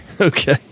Okay